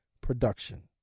production